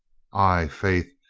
ay, faith,